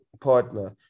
partner